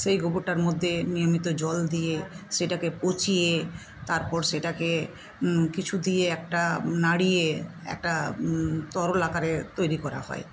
সেই গোবরটার মধ্যে নিয়মিত জল দিয়ে সেটাকে পচিয়ে তারপর সেটাকে কিছু দিয়ে একটা নাড়িয়ে একটা তরল আকারে তৈরি করা হয়